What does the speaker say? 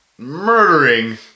Murdering